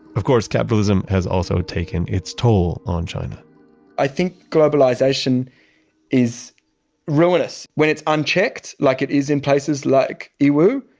of course, capitalism has also taken its toll on china i think globalization is ruinous when it's unchecked like it is in places like yiwu.